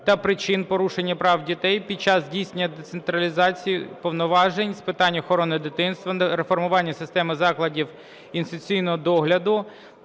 та причин порушення прав дітей під час здійснення децентралізації повноважень з питань охорони дитинства, реформування системи закладів інституційного догляду